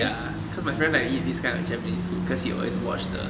ya cause my friend like to eat these kind of japanese food cause he always watch the